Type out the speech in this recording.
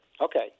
okay